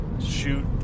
shoot